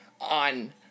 on